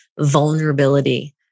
vulnerability